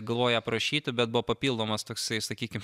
galvojau ją aprašyti bet buvo papildomas toksai sakykim